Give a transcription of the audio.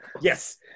yes